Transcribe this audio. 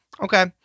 Okay